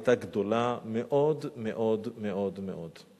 והמבוכה למשטרה היתה גדולה מאוד מאוד מאוד מאוד.